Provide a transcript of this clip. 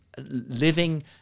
living